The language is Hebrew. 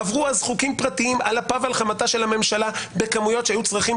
עברו אז חוקים פרטיים על אפה ועל חמתה של הממשלה בכמויות שהיו צריכים